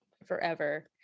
forever